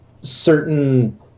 certain